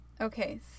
Okay